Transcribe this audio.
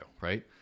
Right